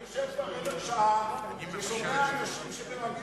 אני יושב כבר רבע שעה ושומע אנשים שמרמים